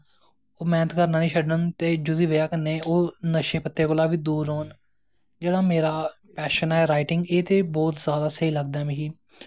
जेह्दे कन्नै ओह् मैह्नत निं छड्डन ते नशे पत्ते कोला दा दूर रौह्न जेह्ड़े मेरा पैशन ऐ राईटिंग एह् ते बौह्त शैल लगदा मिगी